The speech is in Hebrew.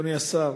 אדוני השר,